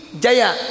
Jaya